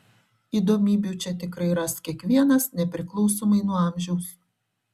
įdomybių čia tikrai ras kiekvienas nepriklausomai nuo amžiaus